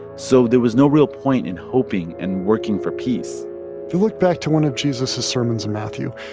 so there was no real point in hoping and working for peace if you look back to one of jesus's sermons in matthew,